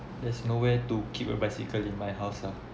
there's nowhere to keep a bicycle in my house lah